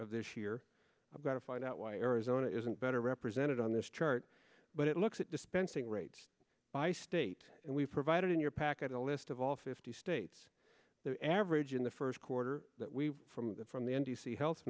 of this year i've got to find out why arizona isn't better represented on this chart but it looks at dispensing rates by state and we provided in your packet a list of all fifty states their average in the first quarter that we from from the n b c health